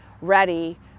ready